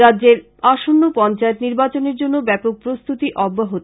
রাজ্যের আসন্ন পঞ্চায়েত নির্বাচনের জন্য ব্যাপক প্রস্তুতি অব্যাহত